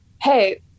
hey